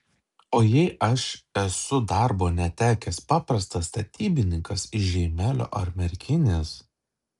o jei aš esu darbo netekęs paprastas statybininkas iš žeimelio ar merkinės